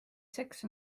seks